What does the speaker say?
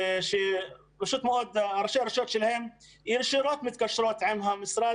שפשוט מאוד ראשי הרשויות שלהן ישירות מתקשרים עם המשרד